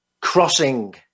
crossing